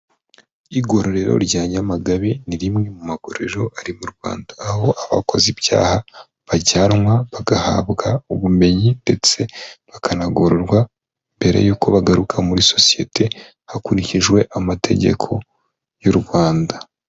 Igororero rya nyamagabe ni rimwe mu maguriro ari mu Rwanda, aho abakoze ibyaha bajyanwa bagahabwa ubumenyi ndetse bakanagororwa mbere y'uko bagaruka muri sosiyete hakurikijwe amategeko y'u Rwanda.